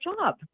job